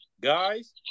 guys